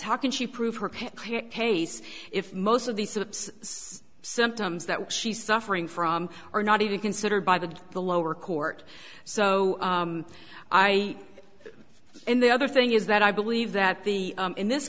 how can she prove her case if most of the sort of symptoms that she's suffering from are not even considered by the the lower court so i and the other thing is that i believe that the in this